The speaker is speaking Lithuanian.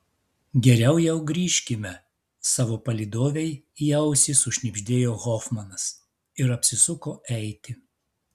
geriau jau grįžkime savo palydovei į ausį sušnibždėjo hofmanas ir apsisuko eiti